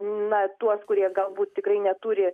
na tuos kurie galbūt tikrai neturi